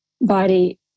body